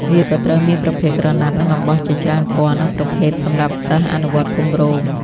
វាក៏ត្រូវមានប្រភេទក្រណាត់និងអំបោះជាច្រើនពណ៌និងប្រភេទសម្រាប់សិស្សអនុវត្តគម្រោង។